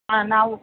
ಹಾಂ ನಾವು